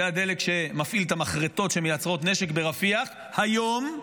זה הדלק שמפעיל את המחרטות שמייצרות נשק ברפיח היום,